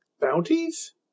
bounties